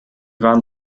waren